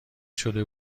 شده